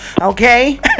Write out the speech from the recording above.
okay